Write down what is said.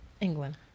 England